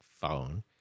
phone